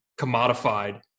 commodified